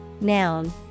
noun